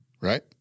Right